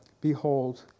Behold